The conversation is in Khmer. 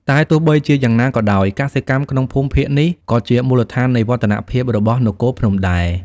តែទោះបីជាយ៉ាងណាក៏ដោយ កសិកម្ម ក្នុងភូមិភាគនេះក៏ជាមូលដ្ឋាននៃវឌ្ឍនភាពរបស់នគរភ្នំដែរ។